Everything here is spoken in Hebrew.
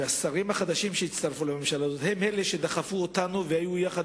והשרים החדשים שהצטרפו לממשלה הזאת הם אלה שדחפו אותנו והיו יחד